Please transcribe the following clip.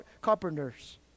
carpenters